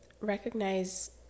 recognize